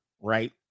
right